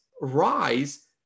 rise